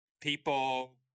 People